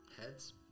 Heads